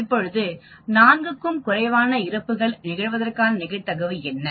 இப்பொழுது 4 க்கும் குறைவான இறப்புகள் நிகழ்வதற்கான நிகழ்தகவு என்ன